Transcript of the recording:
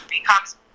becomes